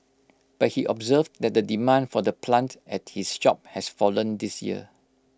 but he observed that the demand for the plant at his shop has fallen this year